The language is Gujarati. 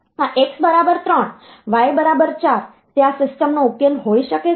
આ x બરાબર 3 y બરાબર 4 તે આ સિસ્ટમનો ઉકેલ હોઈ શકે છે